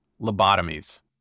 lobotomies